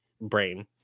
brain